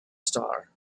star